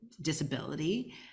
disability